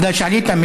בגלל שעלית,